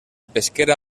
pesquera